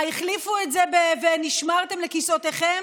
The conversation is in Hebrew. מה, החליפו את זה ב"נשמרתם לכיסאותיכם"